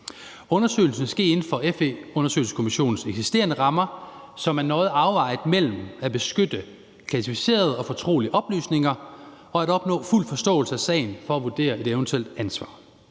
Undersøgelsen skal ske inden for FE-undersøgelseskommissionens eksisterende rammer, som er nøje afvejet mellem at beskytte klassificerede og fortrolige oplysninger og at opnå fuld forståelse af sagen for at vurdere et eventuelt ansvar.